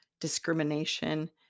discrimination